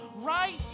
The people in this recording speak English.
right